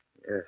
Yes